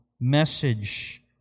message